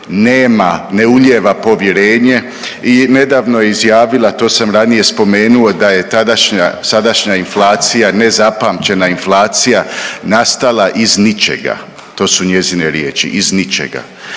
nema, ne ulijeva povjerenje i nedavno je izjavila, to sam ranije spomenuo da je tadašnja, sadašnja inflacija nezapamćena inflacija nastala iz ničega. To su njezine riječi iz ničega.